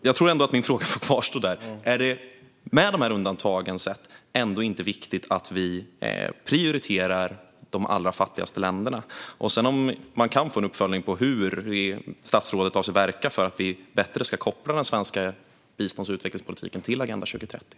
Jag tror att min fråga får kvarstå: Är det ändå inte, vid sidan av undantagen, viktigt att vi prioriterar de allra fattigaste länderna? Sedan undrar jag om man kan få en uppföljning om hur statsrådet verkar för att vi bättre ska koppla den svenska bistånds och utvecklingspolitiken till Agenda 2030?